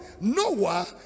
Noah